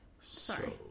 sorry